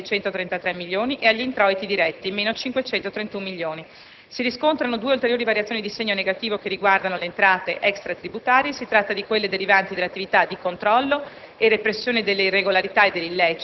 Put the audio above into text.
alle imposte sui generi di monopolio (meno 633 milioni) e agli altri introiti diretti (meno 531 milioni). Si riscontrano due ulteriori variazioni di segno negativo che riguardano le entrate extra-tributarie: si tratta di quelle derivanti dall'attività di controllo